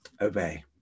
Obey